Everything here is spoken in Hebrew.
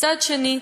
מצד שני,